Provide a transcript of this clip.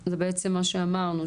זה בעצם מה שאמרנו,